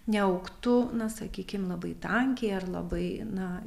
neaugtų na sakykim labai tankiai ar labai na